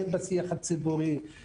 הן בשיח הציבורי,